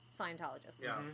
Scientologists